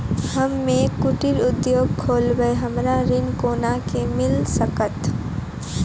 हम्मे कुटीर उद्योग खोलबै हमरा ऋण कोना के मिल सकत?